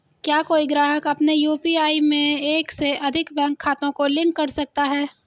क्या कोई ग्राहक अपने यू.पी.आई में एक से अधिक बैंक खातों को लिंक कर सकता है?